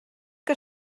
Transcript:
que